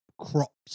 crops